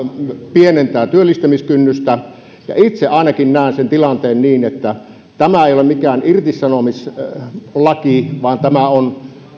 pienentää työllistämiskynnystä itse ainakin näen tilanteen niin että tämä ei ole mikään irtisanomislaki vaan tämä on